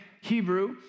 Hebrew